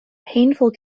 painful